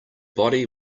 body